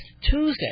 Tuesday